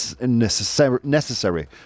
necessary